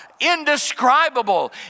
indescribable